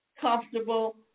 comfortable